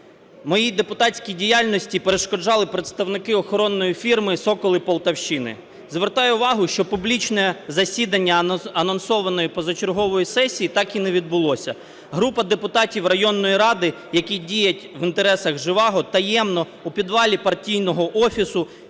Моїй депутатській діяльності перешкоджали представники охоронної фірми "Соколи Полтавщини". Звертаю увагу, що публічне засідання анонсованої позачергової сесії так і не відбулося. Група депутатів районної ради, які діють в інтересах Жеваго, таємно, у підвалі партійного офісу,